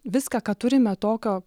viską ką turime tokio